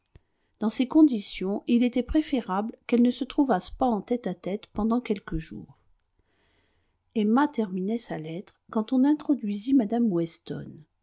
dans ces conditions il était préférable qu'elles ne se trouvassent pas en tête à tête pendant quelques jours emma terminait sa lettre quand on introduisit mme weston